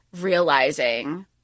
realizing